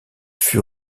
fut